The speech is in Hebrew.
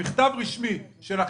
מכתב רשמי שלכם,